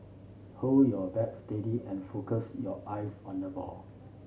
hold your bat steady and focus your eyes on the ball